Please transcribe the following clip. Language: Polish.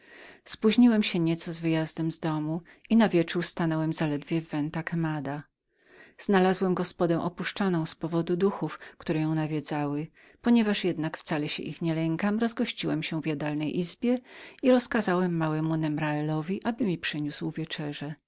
spóźniłem się nieco z wyjazdem z domu i na wieczór zaledwie stanąłem w venta quemadaventa quemada znalazłem gospodę opuszczoną z powodu złych duchów które ją zamieszkiwały ponieważ jednak ja wcale się ich nie lękam rozgościłem się w jadalnej izbie i rozkazałem małemu nemraelowi aby mi przyniósł wieczerzę